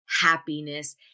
happiness